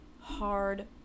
hard